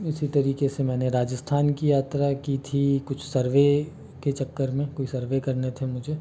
इसी तरीके से मैंने राजस्थान की यात्रा की थी कुछ सर्वे के चक्कर में कोई सर्वे करने थे मुझे